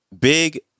Big